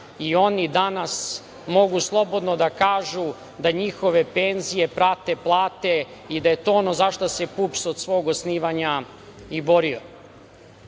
i oni danas mogu slobodno da kažu da njihove penzije prate plate i da je to ono zašta se PUPS od svog osnivanja i